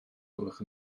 gwelwch